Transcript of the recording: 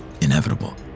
inevitable